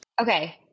Okay